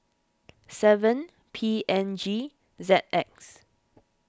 seven P N G Z X